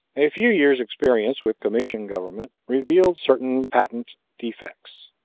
a few years' experience with commission government revealed certain patent defects.